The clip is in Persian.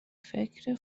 فکر